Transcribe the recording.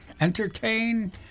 entertain